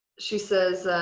she says,